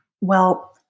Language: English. Well-